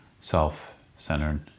self-centered